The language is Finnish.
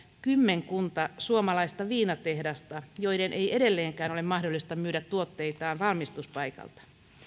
kymmenkunta suomalaista viinatehdasta joiden ei edelleenkään ole mahdollista myydä tuotteitaan valmistuspaikalta